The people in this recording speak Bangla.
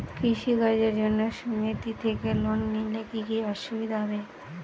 কৃষি কাজের জন্য সুমেতি থেকে লোন নিলে কি কি সুবিধা হবে?